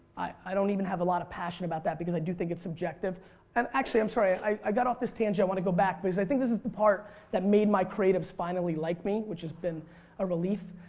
i don't even have a lot of passion about that because i do think it is subjective and actually i'm sorry i i got off this tangent. i want to go back because i think this is the part that may my creative's finally like me which has been a relief.